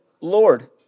Lord